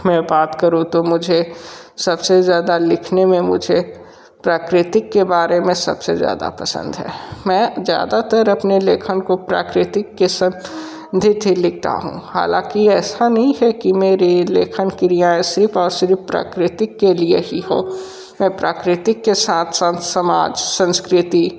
मैं बात करूं तो मुझे सबसे ज़्यादा लिखने में मुझे प्राकृतिक के बारे में सबसे ज़्यादा पसंद है मैं ज़्यादातर अपने लेखन को प्राकृतिक के सम्बंधित ही लिखता हूँ हालाँकि ऐसा नहीं है कि मेरी लेखन क्रियाएँ सिर्फ और सिर्फ प्राकृतिक के लिए ही हो मैं प्राकृतिक के साथ साथ समाज संस्कृति